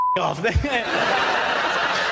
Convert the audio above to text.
off